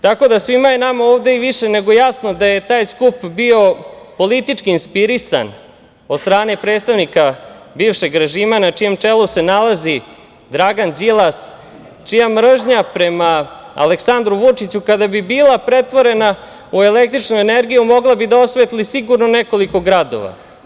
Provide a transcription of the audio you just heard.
Tako da, svima je nama ovde i više nego jasno da je taj skup bio politički inspirisan od strane predstavnika bivšeg režima, na čijem čeku se nalazi Dragan Đilas, čija mržnja prema Aleksandru Vučiću kada bi bila pretvorena u električnu energiju mogla bi da osvetli, sigurno nekoliko gradova.